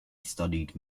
studied